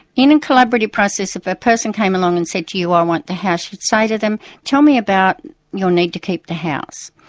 in in collaborative process, if a person came along and said to you, i want the house you'd say to them, tell me about your need to keep the house.